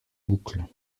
boucle